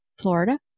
Florida